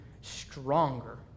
stronger